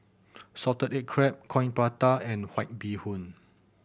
salted egg crab Coin Prata and White Bee Hoon